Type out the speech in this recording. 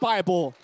Bible